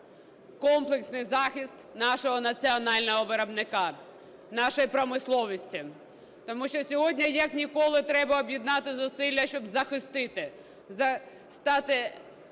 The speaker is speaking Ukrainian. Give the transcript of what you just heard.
комплексний захист нашого національного виробника, нашої промисловості, тому що сьогодні, як ніколи, треба об'єднати зусилля, щоб захистити, стати, дійсно,